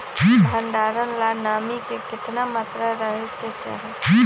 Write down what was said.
भंडारण ला नामी के केतना मात्रा राहेके चाही?